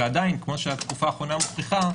ועדיין כפי שהתקופה האחרונה מוכיחה,